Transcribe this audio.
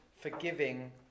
forgiving